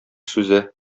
сүзе